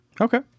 Okay